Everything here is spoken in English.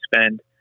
spend